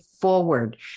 forward